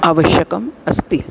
आवश्यकम् अस्ति